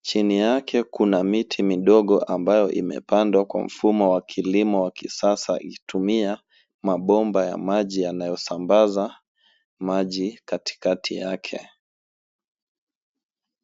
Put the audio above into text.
Chini yake kuna miti midogo ambayo imepandwa kwa mfumo wa kilimo wa kisasa itumia mabomba ya maji yanayosambaza maji katikati yake.